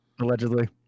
Allegedly